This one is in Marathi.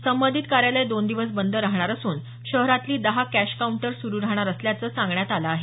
संबंधित कार्यालय दोन दिवस बंद राहणार असून शहरातली दहा कॅश काउंटर सुरू राहणार असल्याचं सांगण्यात आलं आहे